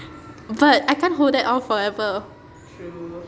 but I can't hold that off forever